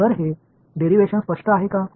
எனவே இந்த டெரிவேஸன் தெளிவாக இருக்கிறதா